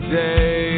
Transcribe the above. day